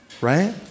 right